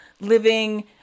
living